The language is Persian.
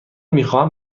میخواهم